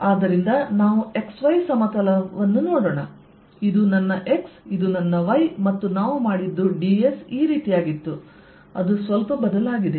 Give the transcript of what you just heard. ಆದ್ದರಿಂದ ನಾವು XY ಸಮತಲವನ್ನು ನೋಡೋಣ ಇದು ನನ್ನ x ಇದು ನನ್ನ y ಮತ್ತು ನಾವು ಮಾಡಿದ್ದು ds ಈ ರೀತಿಯಾಗಿತ್ತು ಅದು ಸ್ವಲ್ಪ ಬದಲಾಗಿದೆ